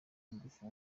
w’ingufu